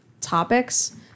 topics